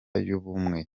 y’ubumwe